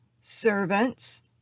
servants